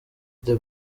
the